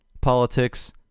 politics